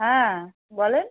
হ্যাঁ বলেন